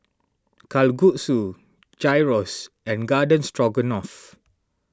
Kalguksu Gyros and Garden Stroganoff